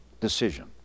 decision